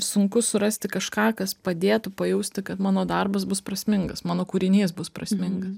sunku surasti kažką kas padėtų pajausti kad mano darbas bus prasmingas mano kūrinys bus prasmingas